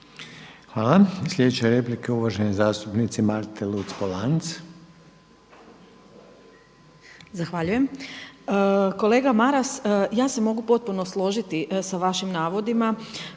Hvala. Sljedeća replika je uvažene zastupnice Marte Luc-POlanc.